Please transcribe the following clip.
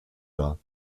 dar